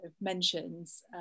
mentions